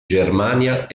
germania